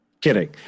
kidding